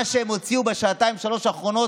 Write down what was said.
מה שהם הוציאו בשעתיים-שלוש האחרונות,